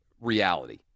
reality